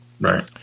Right